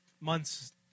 months